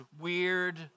weird